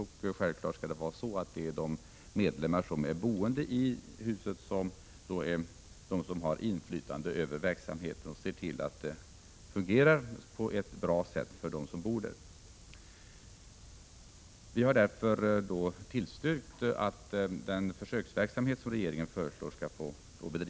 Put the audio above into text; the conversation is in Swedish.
Det är självklart att medlemmarna, de boende i huset, skall ha inflytande över verksamheten och se till att den bedrivs så att det hela fungerar bra för dem som bor där. Vi har därför tillstyrkt den försöksverksamhet som regeringen föreslår.